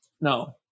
No